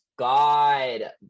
God